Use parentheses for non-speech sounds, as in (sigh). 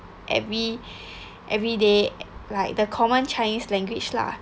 every (breath) every day like the common chinese language lah